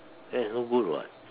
that is no good [what]